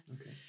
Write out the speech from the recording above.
Okay